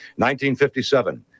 1957